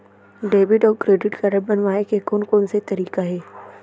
Debit अऊ credit card बनवाए के कोन कोन से तरीका हे?